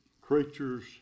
creatures